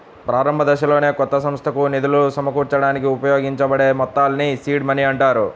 ప్రారంభదశలోనే కొత్త సంస్థకు నిధులు సమకూర్చడానికి ఉపయోగించబడే మొత్తాల్ని సీడ్ మనీ అంటారు